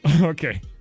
Okay